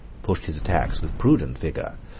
pushed his attacks with prudent vigor,